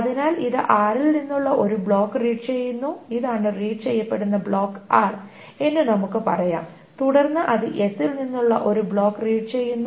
അതിനാൽ ഇത് r ൽ നിന്നുള്ള ഒരു ബ്ലോക്ക് റീഡ് ചെയ്യുന്നു ഇതാണ് റീഡ് ചെയ്യപ്പെടുന്ന ബ്ലോക്ക് r എന്ന് നമുക്ക് പറയാം തുടർന്ന് അത് s ൽ നിന്നുള്ള ഒരു ബ്ലോക്ക് റീഡ് ചെയ്യുന്നു